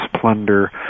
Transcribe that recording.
plunder